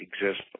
exist